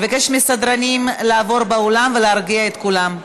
אני מבקשת מהסדרנים לעבור באולם ולהרגיע את כולם.